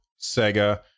Sega